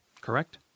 Correct